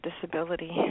disability